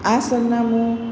આ સરનામું